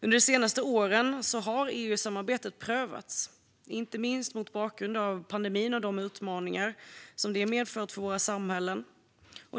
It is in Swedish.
Under de senaste åren har EU-samarbetet prövats, inte minst mot bakgrund av pandemin och de utmaningar som den har medfört för våra samhällen.